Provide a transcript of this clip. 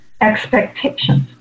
expectations